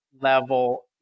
level